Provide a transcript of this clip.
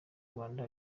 rwanda